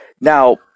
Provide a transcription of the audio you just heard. Now